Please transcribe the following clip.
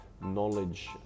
knowledge